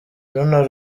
runo